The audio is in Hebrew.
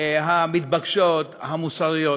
המתבקשות והמוסריות.